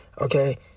okay